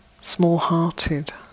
small-hearted